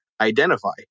identify